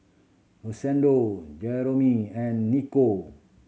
Rosendo Jerome and Nico